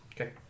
Okay